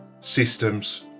systems